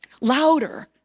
louder